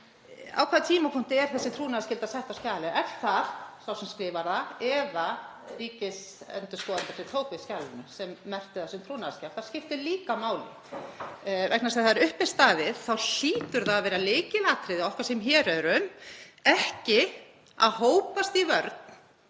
Á hvaða tímapunkti er þessi trúnaðarskylda sett á skjalið? Er það sá sem skrifar það eða er það ríkisendurskoðandi sem tók við skjalinu sem merkti það sem trúnaðarskjal? Það skiptir líka máli vegna þess að þegar upp er staðið þá hlýtur það að vera lykilatriði okkar sem hér erum að hópast ekki í vörn